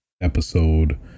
episode